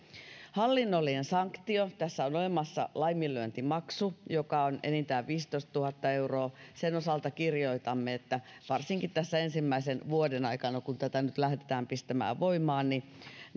hallinnollinen sanktio tässä on olemassa laiminlyöntimaksu joka on enintään viisitoistatuhatta euroa sen osalta kirjoitamme että varsinkin tässä ensimmäisen vuoden aikana kun tätä nyt lähdetään pistämään voimaan